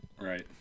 Right